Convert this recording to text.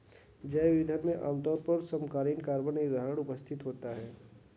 जैव ईंधन में आमतौर पर समकालीन कार्बन निर्धारण उपस्थित होता है